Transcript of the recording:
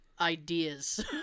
ideas